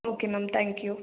okay ma'am thank you